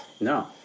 no